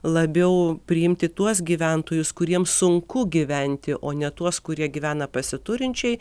labiau priimti tuos gyventojus kuriems sunku gyventi o ne tuos kurie gyvena pasiturinčiai